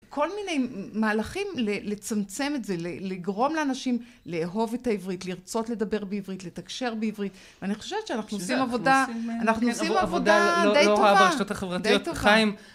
כל מיני מהלכים לצמצם את זה, לגרום לאנשים לאהוב את העברית, לרצות לדבר בעברית, לתקשר בעברית, ואני חושבת שאנחנו עושים עבודה די טובה, די טובה.